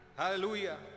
hallelujah